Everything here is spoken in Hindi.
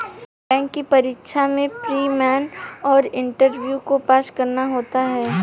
बैंक की परीक्षा में प्री, मेन और इंटरव्यू को पास करना होता है